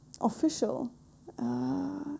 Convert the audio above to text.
official